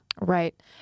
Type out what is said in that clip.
Right